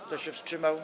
Kto się wstrzymał?